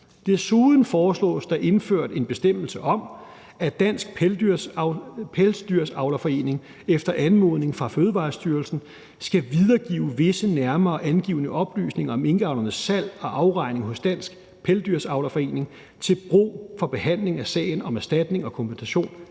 Desuden foreslås der indført en bestemmelse om, at Dansk Pelsdyravlerforening efter anmodning fra Fødevarestyrelsen skal videregive visse nærmere angivne oplysninger om minkavlernes salg og afregning hos Dansk Pelsdyravlerforening til brug for behandling af sagen om erstatning og kompensation